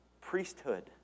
priesthood